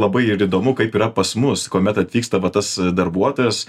labai ir įdomu kaip yra pas mus kuomet atvyksta va tas darbuotojas